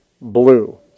blue